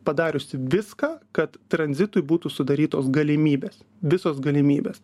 padariusi viską kad tranzitui būtų sudarytos galimybės visos galimybės